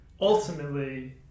ultimately